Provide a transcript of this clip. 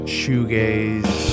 shoegaze